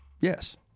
Yes